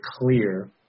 clear